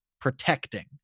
protecting